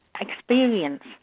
experience